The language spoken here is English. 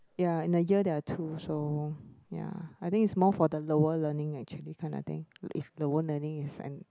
ya in a year there are two so ya I think is more for the lower learning actually kind of thing if lower learning is an